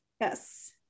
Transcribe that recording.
yes